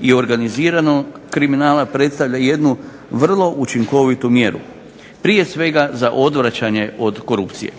i organiziranog kriminala predstavlja jednu vrlo učinkovitu mjeru, prije svega za odvraćanje od korupcije.